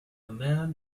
man